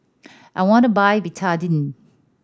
I want to buy Betadine